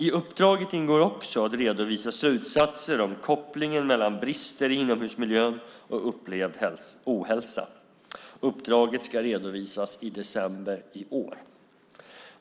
I uppdraget ingår också att redovisa slutsatser om kopplingen mellan brister i inomhusmiljön och upplevd ohälsa. Uppdraget ska redovisas i december i år.